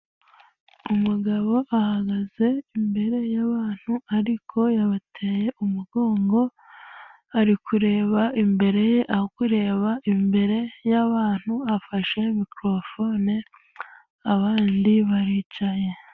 Umugabo ahagaze imbere y'abantu ariko yabateye umugongo, ari kureba imbere ye aho kureba imbere y'abantu; afashe microphone abandi baricaye.